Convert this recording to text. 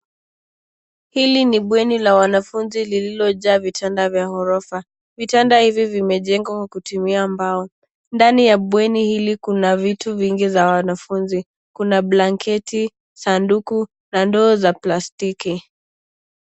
Hili ni bweni la wanafunzi lililojaa vitanda vya ghorofa. Vitanda hivi vimejengwa kwa kutumia mbao .Ndani ya bweni hili kuna vitu vingi za wanafunzi. Kuna blanketi ,sanduku na ndoo za plastiki .